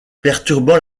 perturbant